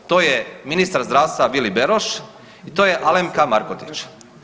To je ministar zdravstva Vili Beroš i to je Alemka Markotić.